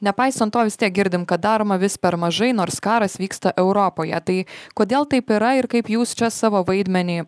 nepaisant to vis tiek girdim kad daroma vis per mažai nors karas vyksta europoje tai kodėl taip yra ir kaip jūs čia savo vaidmenį